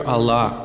Allah